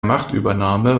machtübernahme